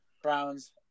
Browns